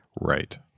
Right